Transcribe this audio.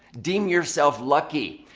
deem yourself lucky.